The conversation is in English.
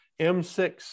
M6